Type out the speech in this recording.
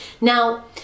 Now